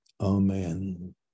amen